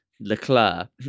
Leclerc